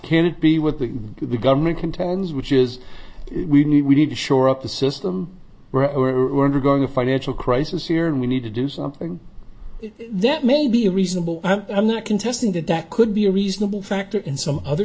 can it be with the government contends which is we need we need to shore up the system we're undergoing a financial crisis here and we need to do something that may be a reasonable i'm not contesting the doc could be a reasonable factor in some other